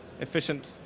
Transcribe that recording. efficient